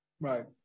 Right